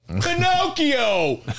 Pinocchio